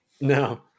No